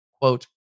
quote